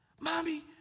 Mommy